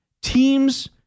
teams